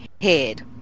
head